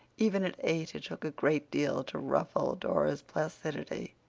even at eight it took a great deal to ruffle dora's placidity.